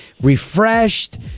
refreshed